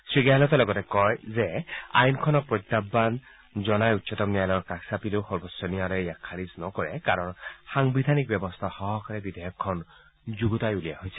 শ্ৰীগেহলটে লগতে কয় যে আইনখনক প্ৰত্যায়ান জনাই উচ্চতম ন্যায়ালয়ৰ কাষ চাপিলেও সৰ্বোচ্চ ন্যায়ালয়ে ইয়াক খাৰিজ নকৰে কাৰণ সাংবিধানিক ব্যৱস্থা সহকাৰে বিধেয়কখন যুণ্ডতাই উলিওৱা হৈছে